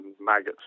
maggots